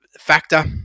factor